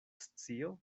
scio